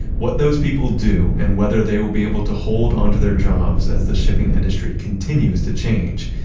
what those people do, and whether they will be able to hold onto their jobs as the shipping industry continues to change,